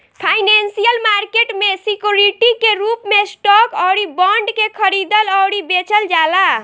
financial market में security के रूप में स्टॉक अउरी बॉन्ड के खरीदल अउरी बेचल जाला